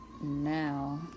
Now